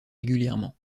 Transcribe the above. régulièrement